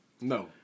No